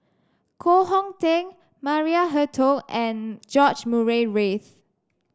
Koh Hong Teng Maria Hertogh and George Murray Reith